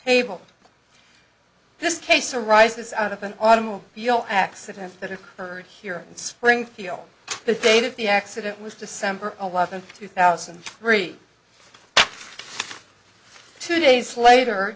table this case arises out of an automobile accident that occurred here in springfield the date of the accident was december eleventh two thousand and three two days later